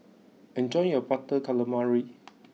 enjoy your butter calamari